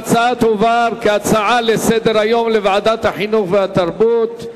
ההצעה תועבר כהצעה לסדר-היום לוועדת החינוך והתרבות.